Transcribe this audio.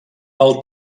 pel